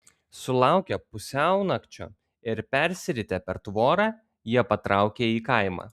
sulaukę pusiaunakčio ir persiritę per tvorą jie patraukė į kaimą